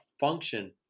function